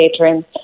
bedroom